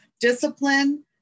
discipline